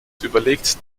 überlegt